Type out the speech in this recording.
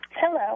Hello